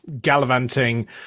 gallivanting